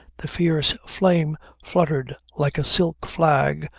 the fierce flame fluttered like a silk flag,